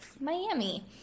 Miami